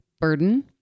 burden